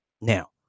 Now